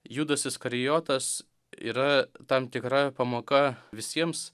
judas iskarijotas yra tam tikra pamoka visiems